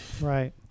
right